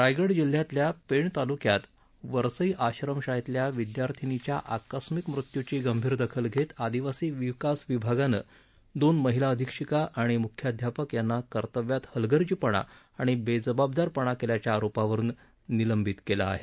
रायगड जिल्ह्यातल्या पेण तालुक्यात वरसई आश्रमशाळेतल्या विद्यार्थिनीच्या आकस्मिक मृत्यूची गंभीर दखल घेत आदिवासी विकास विभागानं दोन महिला अधीक्षिका आणि मुख्याध्यापक यांना कर्तव्यात हलगर्जीपणा आणि बेजबाबदारपणा केल्याच्या आरोपावरून निलंबित केलं आहे